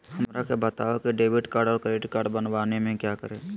हमरा के बताओ की डेबिट कार्ड और क्रेडिट कार्ड बनवाने में क्या करें?